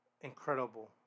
incredible